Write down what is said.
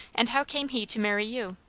and how came he to marry you?